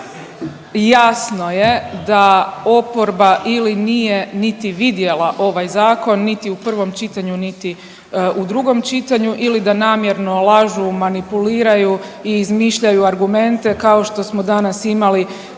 jasno je da oporba ili nije niti vidjela ovaj zakon niti u prvom čitanju, niti u drugom čitanju ili ga namjerno lažu, manipuliraju i izmišljaju argumente kao što smo danas imali